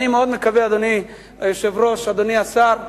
אני מאוד מקווה, אדוני היושב-ראש, אדוני השר,